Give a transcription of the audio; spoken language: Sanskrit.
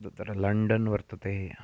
तत्र लण्डन् वर्तते